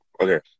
Okay